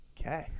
Okay